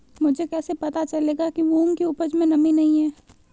मुझे कैसे पता चलेगा कि मूंग की उपज में नमी नहीं है?